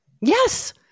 Yes